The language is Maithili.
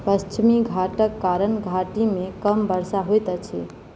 पश्चिमी घाटक कारण घाटीमे कम वर्षा होइत अछि